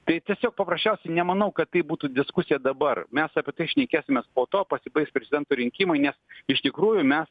tai tiesiog paprasčiausiai nemanau kad tai būtų diskusija dabar mes apie tai šnekėsimės po to pasibaigs prezidento rinkimai nes iš tikrųjų mes